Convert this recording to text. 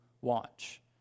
watch